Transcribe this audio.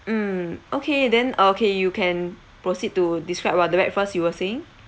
mm okay then uh okay you can proceed to describe about the breakfast you were saying